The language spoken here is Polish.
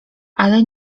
ale